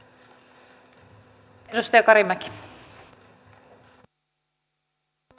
arvoisa puhemies